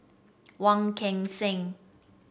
Wong Kan Seng